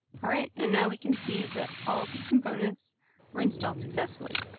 alright, and now we can see that all of the components were installed successfully.